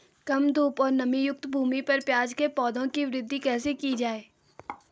कम धूप और नमीयुक्त भूमि पर प्याज़ के पौधों की वृद्धि कैसे की जाए?